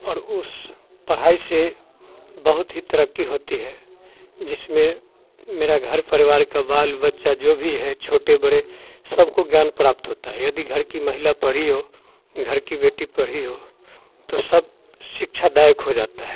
और उस पढ़ाई से बहुत ही तरक्की होती है जिसमें मेरा घर परिवार का बाल बच्चा जो भी है छोटे बड़े सबको ज्ञान प्राप्त होता है यदि घर की महिला पढ़ी हो घर की बेटी पढ़ी हो तो सब शिक्षादायक हो जाता है